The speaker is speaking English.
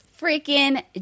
freaking